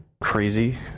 crazy